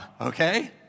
okay